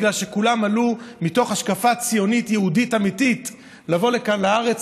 כי כולם עלו מתוך השקפה ציונית יהודית אמיתית לבוא לכאן לארץ,